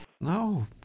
No